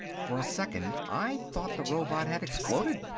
for a second i thought the robot had exploded.